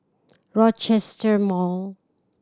Rochester Mall